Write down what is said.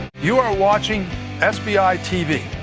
you are watching sbi tv.